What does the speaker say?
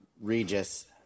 Regis